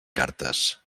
cartes